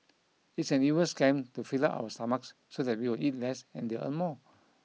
it's an evil scam to fill up our stomachs so that we will eat less and they'll earn more